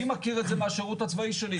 אני מכיר את זה מהשירות הצבאי שלי.